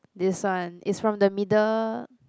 this one is from the middle